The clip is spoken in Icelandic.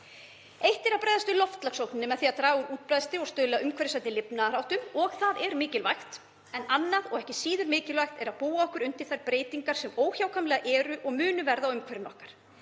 Eitt er að bregðast við loftslagsógninni með því að draga úr útblæstri og stuðla að umhverfisvænni lifnaðarháttum og það er mikilvægt. En annað og ekki síður mikilvægt er að búa okkur undir þær breytingar sem óhjákvæmilega eru og munu verða á umhverfi okkar.